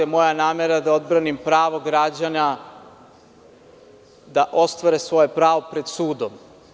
Moja je namera da odbranim pravo građana da ostvare svoje pravo pred sudom.